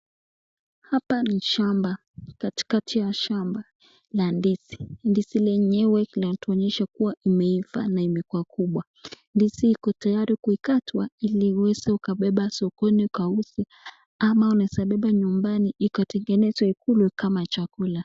Hapa ni shamba katikati ya shamba ni ndizi ndizi lenyewe linatuonyesha kuwa imeivaa na imekuwa kubwa. Ndizi iko tarayi kukatwa ili iweze ukabeba sokoni ukauze ama uzibebe nyumbani ukatengeneze ukule kama chakula.